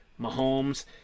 Mahomes